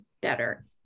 better